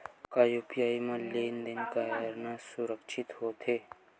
का यू.पी.आई म लेन देन करना सुरक्षित होथे?